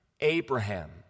Abraham